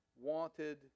wanted